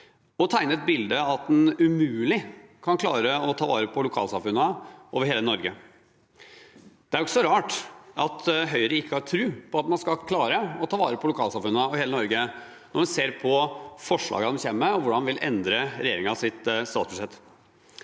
og tegner et bilde av at en umulig kan klare å ta vare på lokalsamfunnene over hele Norge. Det er ikke så rart at Høyre ikke har tro på at en skal klare å ta vare på lokalsamfunnene i hele Norge når en ser på forslagene en kommer med, og hvordan en vil endre regjeringens statsbudsjett.